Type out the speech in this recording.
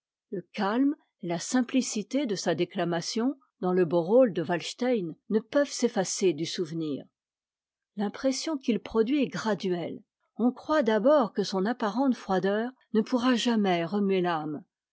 le calme et la simplicité de sa déclamation dans le beau rôle de walstein ne peuvent s'effacer du souvenir l'impression qu'il produit est graduelle on croit d'abord que son apparente froideur ne pourra jamais remuer l'âme